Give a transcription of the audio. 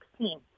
2016